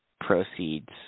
proceeds